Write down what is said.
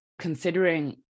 considering